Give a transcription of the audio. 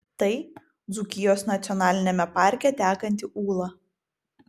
tai dzūkijos nacionaliniame parke tekanti ūla